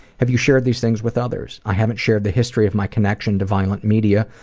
have you shared these things with others? i haven't shared the history of my connection to violent media,